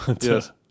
yes